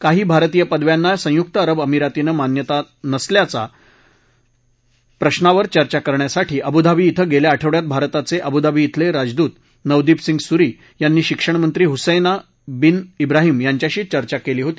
काही भारतीय पदव्यांना संयुक्त अरब अमिरातमधे मान्यता नसल्याच्या प्रश्नावर चर्चा करण्यासाठी अबूधाबी क्रि गेल्या आठवडयात भारताचे अबूधाबी क्विले राजदूत नवदीप सिंह सूरी यांनी शिक्षणमंत्री हुसत्ति बिन ब्राहिम यांच्याशी चर्चा केली होती